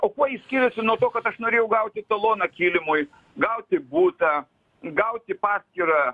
o kuo jis skiriasi nuo to kad aš norėjau gauti taloną kilimui gauti butą gauti paskyrą